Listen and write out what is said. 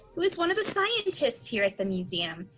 who is one of the scientists here at the museum.